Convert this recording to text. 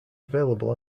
available